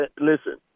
listen